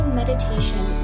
meditation